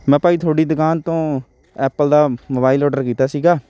ਮੈਂ ਭਾਅ ਜੀ ਤੁਹਾਡੀ ਦੁਕਾਨ ਤੋਂ ਐਪਲ ਦਾ ਮੋਬਾਈਲ ਔਡਰ ਕੀਤਾ ਸੀਗਾ